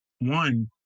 one